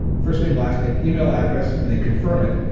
first name, last name, email address and they confirm it,